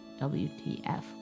WTF